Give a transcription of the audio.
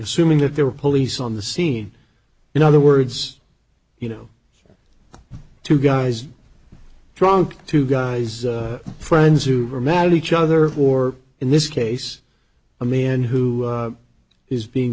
assuming that there were police on the scene in other words you know two guys drunk two guys friends who were mad at each other or in this case a man who is being